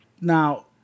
Now